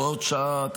הוראת שעה),